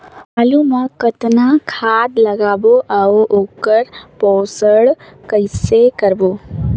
आलू मा कतना खाद लगाबो अउ ओकर पोषण कइसे करबो?